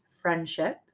friendship